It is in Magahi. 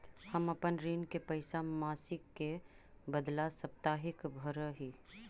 हम अपन ऋण के पैसा मासिक के बदला साप्ताहिक भरअ ही